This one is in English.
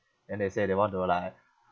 then they say they want to like